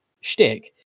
shtick